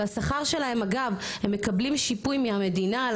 והשכר שלהם אגב הם מקבלים שיפוי מהמדינה על